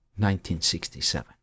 1967